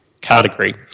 category